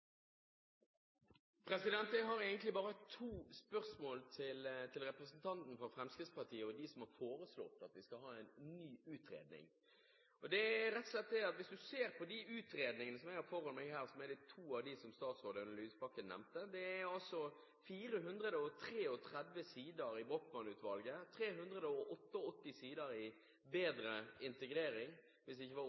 Jeg har bare to spørsmål til representanten fra Fremskrittspartiet og til dem som har foreslått at vi skal ha en ny utredning. Hvis en ser på de utredningene som jeg har foran meg her, som er to av dem statsråd Audun Lysbakken nevnte, så er det altså 433 sider i Brochmann-utvalgets utredning og 388 i Bedre integrering – hvis det ikke var